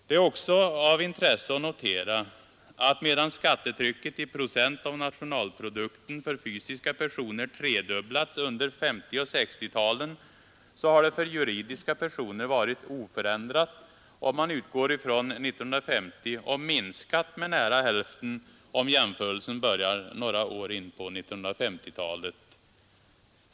Det är också av intresse att notera, att medan skattetrycket i procent av bruttonationalprodukten för fysiska personer tredubblats under 1950 och 1960-talen så har det för juridiska personer varit oförändrat, om man utgår från 1950, och minskat med nära hälften om jämförelsen börjar några år in på 1950-talet.